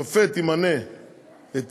ושופט ימנה את